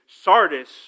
Sardis